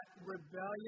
rebellion